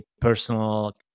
personal